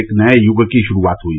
एक नये युग की शुरूआत हुई